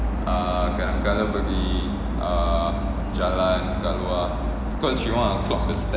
uh kadang-kala pergi uh jalan kat luar cause she want to clock the steps